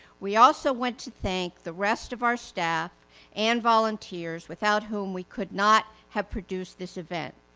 we also want to thank the rest of our staff and volunteers, without whom we could not have produced this event.